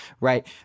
right